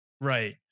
right